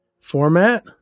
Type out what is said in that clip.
Format